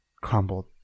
crumbled